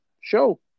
show